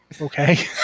Okay